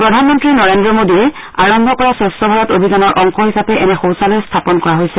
প্ৰধানমন্নী নৰেন্দ্ৰ মোডীয়ে আৰম্ভ কৰা স্বচ্ছ ভাৰত অভিযানৰ অংশ হিচাপে এনে শৌচালয় স্থাপন কৰা হৈছে